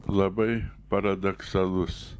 labai paradoksalus